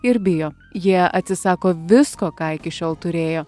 ir bijo jie atsisako visko ką iki šiol turėjo